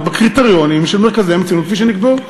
בקריטריונים של מרכזי המצוינות כפי שנקבעו.